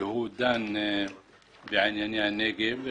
יום שדן בענייני הנגב.